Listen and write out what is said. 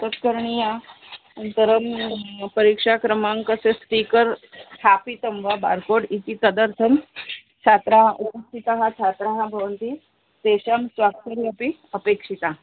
तत् करणीयं अनन्तरं परीक्षाक्रमाङ्कस्य स्टीकर् स्थापितं वा बार्कोड् इति तदर्थं छात्राः उपस्थिताः छात्राः भवन्ति तेषां स्वाक्षरी अपि अपेक्षिता